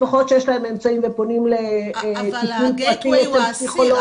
משפחות שיש להם אמצעים ופונים לטיפול פרטי אצל פסיכולוג.